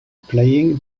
playing